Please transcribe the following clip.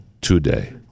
today